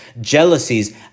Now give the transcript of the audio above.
jealousies